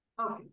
Okay